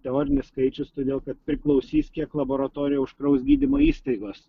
teorinis skaičius todėl kad priklausys kiek laboratorijų užkraus gydymo įstaigos